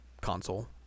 console